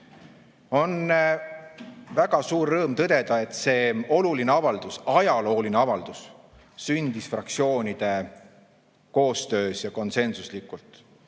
On väga suur rõõm tõdeda, et see oluline avaldus, ajalooline avaldus sündis fraktsioonide koostöös ja konsensuslikult.